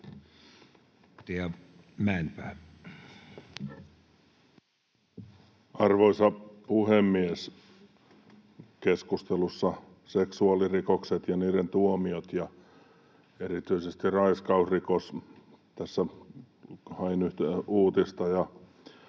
Arvoisa puhemies! Keskustelussa ovat seksuaalirikokset ja niiden tuomiot ja erityisesti raiskausrikos. Tässä hain yhtä uutista, ja